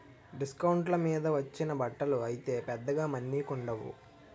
డిస్కౌంట్ల మీద వచ్చిన బట్టలు అయితే పెద్దగా మన్నికుండవు